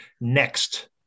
next